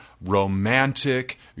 romantic